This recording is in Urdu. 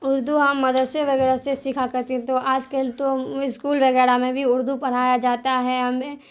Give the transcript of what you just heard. اردو ہم مدرسے وغیرہ سے سیکھا کرتے تو آج کل تو اسکول وغیرہ میں بھی اردو پڑھایا جاتا ہے ہمیں